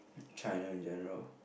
China in general